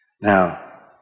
Now